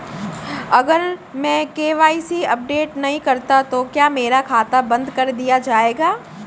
अगर मैं KYC update नहीं करता तो क्या मेरा खाता बंद कर दिया जाएगा?